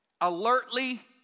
Alertly